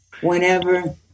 whenever